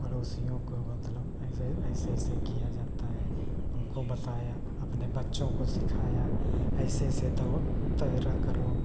पड़ोसियों को मतलब ऐसे ऐसे ऐसे किया जाता है उनको बताया अपने बच्चों को सिखाया ऐसे ऐसे दौ तैरा करो